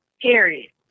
period